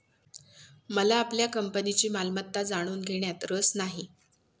मला आपल्या कंपनीची मालमत्ता जाणून घेण्यात रस नाही